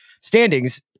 standings